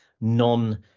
non